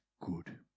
good